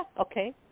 okay